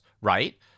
right